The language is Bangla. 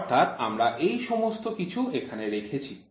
অর্থাৎ আমরা এই সমস্ত কিছু এখানে রেখেছি